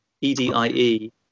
E-D-I-E